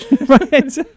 right